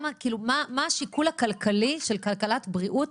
מה השיקול הכלכלי של כלכלת בריאות